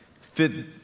fit